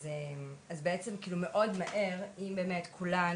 אז בעצם כאילו מאוד מהר אם באמת כולן